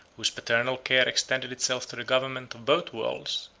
whose paternal care extended itself to the government of both worlds,